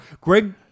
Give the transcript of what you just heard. Greg